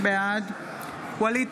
בעד ווליד